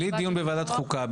בלי דיון בוועדת חוקה,